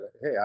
Hey